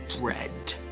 bread